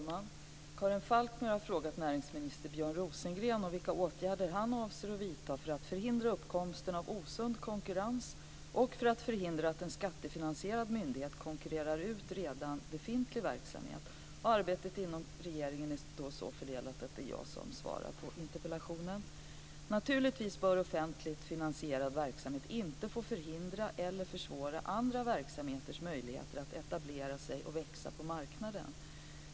Fru talman! Karin Falkmer har frågat näringsminister Björn Rosengren om vilka åtgärder han avser att vidta för att förhindra uppkomsten av osund konkurrens och för att förhindra att en skattefinansierad myndighet konkurrerar ut redan befintlig verksamhet. Arbetet inom regeringen är så fördelat att det är jag som ska svara på interpellationen. Naturligtvis bör offentligt finansierad verksamhet inte få förhindra eller försvåra andra verksamheters möjligheter att etablera sig och växa på marknaden.